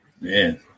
man